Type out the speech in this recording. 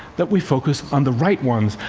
that we focus on the right ones.